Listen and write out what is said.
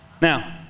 Now